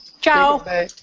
Ciao